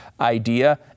idea